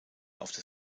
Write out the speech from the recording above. auf